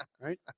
Right